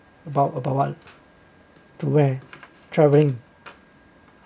about about what to wear travelling